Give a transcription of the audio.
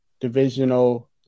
Divisional